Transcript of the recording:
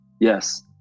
Yes